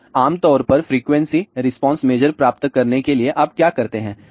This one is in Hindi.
तो आम तौर पर फ्रीक्वेंसी रिस्पांस मेजर प्राप्त करने के लिए आप क्या करते हैं